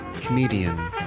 comedian